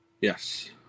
Yes